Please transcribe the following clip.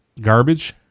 garbage